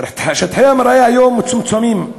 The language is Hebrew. שטחי המרעה היום מצומצמים.